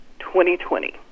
2020